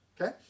okay